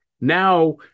Now